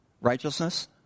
righteousness